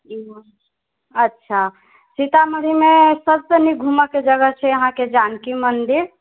अच्छा सीतामढ़ीमे सबसऽ नीक घूमऽकऽ जगह छै अहाँके जानकी मन्दिर